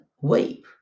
wave